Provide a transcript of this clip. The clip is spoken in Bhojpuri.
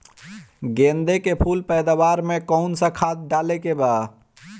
गेदे के फूल पैदवार मे काउन् सा खाद डाले के बा?